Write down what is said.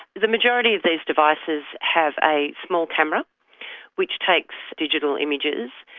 the majority of these devices have a small camera which takes digital images,